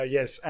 Yes